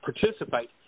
participate